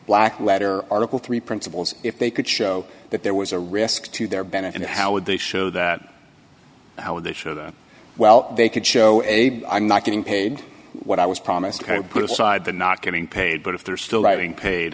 black letter article three principles if they could show that there was a risk to their benefit how would they show that how they show that well they could show a i'm not getting paid what i was promised to put aside the not getting paid but if they're still writing paid